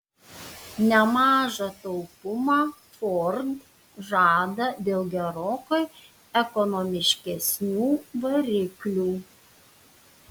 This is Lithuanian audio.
nemažą taupumą ford žada dėl gerokai ekonomiškesnių variklių